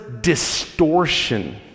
distortion